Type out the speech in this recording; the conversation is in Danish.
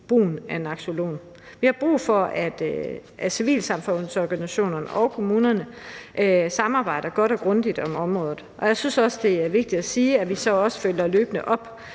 brugen af naloxon. Vi har brug for, at civilsamfundsorganisationerne og kommunerne samarbejder godt og grundigt om området, og jeg synes også, det er vigtigt at sige, at vi løbende følger op